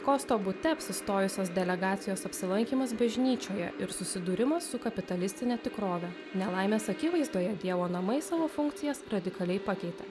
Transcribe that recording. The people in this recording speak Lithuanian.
kosto bute apsistojusios delegacijos apsilankymas bažnyčioje ir susidūrimas su kapitalistine tikrove nelaimės akivaizdoje dievo namai savo funkcijas radikaliai pakeitė